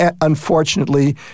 unfortunately